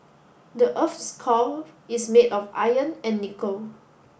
the earth's core is made of iron and nickel